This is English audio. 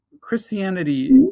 Christianity